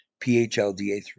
PHLDA3